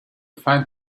find